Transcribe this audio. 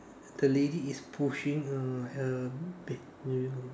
the lady is pushing a a bed eh no like